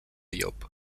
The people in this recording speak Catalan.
llop